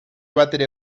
batere